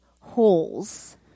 holes